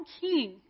king